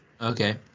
Okay